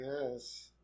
Yes